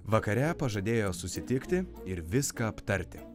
vakare pažadėjo susitikti ir viską aptarti